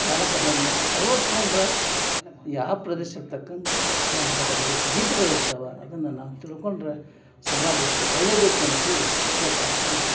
ಜಾನಪದನ್ನ ಅಳವಡ್ಸ್ಕೊಂಡ್ರೆ ಯಾವ ಪ್ರದೇಶಕ್ಕೆ ತಕ್ಕಂಗೆ ಜಾನಪದಗಳಿಗೆ ಗೀತೆಗಳು ಇರ್ತಾವೆ ಅದನ್ನು ನಾವು ತಿಳ್ಕೊಂಡರೆ ಸಮಾಜಕ್ಕೆ ಒಳ್ಳೇದೈತೆ ಅಂತ ಹೇಳಿ ಹೇಳ್ತಾ ನಿಮಗೆ